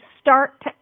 start